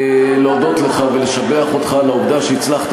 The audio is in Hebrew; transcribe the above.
בלהודות לך ולשבח אותך על העובדה שהצלחת